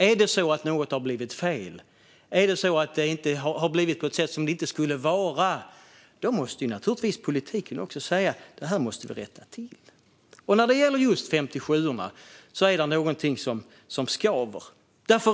Är det så att någonting har blivit fel - att något har blivit på ett sätt det inte skulle - måste politiken naturligtvis säga: Detta måste vi rätta till. När det gäller just 57:orna finns det någonting som skaver.